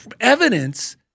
evidence